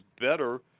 better